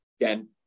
Again